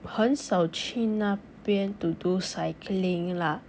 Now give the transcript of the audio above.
很少去那边 to do cycling lah